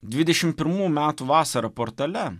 dvidešim pirmų metų vasarą portale